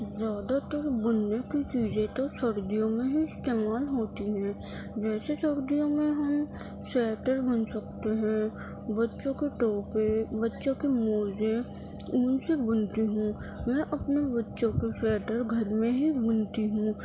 زیادہ تر بننے کی چیزیں تو سردیوں میں ہی استعمال ہوتی ہیں جیسے سردیوں میں ہم سوئٹر بن سکتے ہیں بچوں کے ٹوپے بچوں کے موزے اون سے بنتی ہوں میں اپنے بچوں کے سوئٹر گھر میں ہی بنتی ہوں